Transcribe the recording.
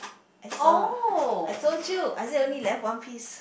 is a I told you I said only left one piece